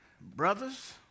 Brothers